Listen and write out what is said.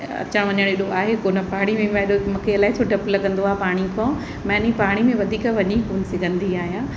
अचनि वञणु एॾो आहे कोन्ह पाणी में मां एॾो मूंखे अलाए छो डपु लॻंदो आहे पाणी खां मां इन पाणी में वधीक वञी कोन्ह सघंदी आहियां